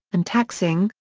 and taxing,